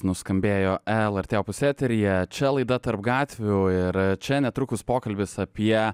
nuskambėjo lrt opus eteryje čia laida tarp gatvių ir čia netrukus pokalbis apie